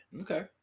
Okay